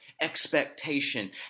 expectation